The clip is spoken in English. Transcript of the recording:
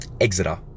exeter